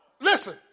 Listen